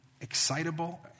excitable